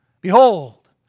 Behold